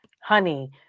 Honey